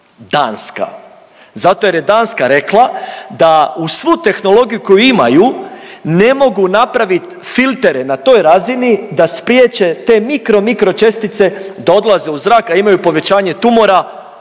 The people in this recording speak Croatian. Danska. Zato jer je Danska rekla da uz svu tehnologiju koju imaju ne mogu napravit filtere na toj razini da spriječe te mikro, mikro čestice da odlaze u zrak, a imaju povećanje tumora